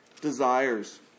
desires